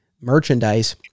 merchandise